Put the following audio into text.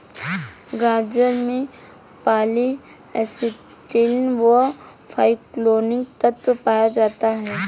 गाजर में polyacetylene व फालकैरिनोल तत्व पाया जाता है